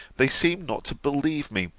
they seem not to believe me,